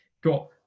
got